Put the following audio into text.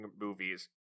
movies